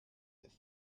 with